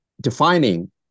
Defining